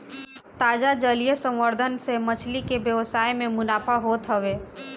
ताजा जलीय संवर्धन से मछरी के व्यवसाय में मुनाफा होत हवे